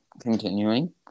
continuing